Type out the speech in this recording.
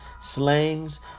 slangs